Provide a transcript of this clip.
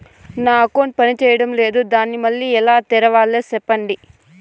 నా అకౌంట్ పనిచేయడం లేదు, దాన్ని మళ్ళీ ఎలా తెరవాలి? సెప్పండి